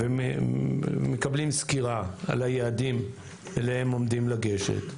ומקבלים סקירה על היעדים אליהם עומדים לגשת,